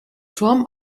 turm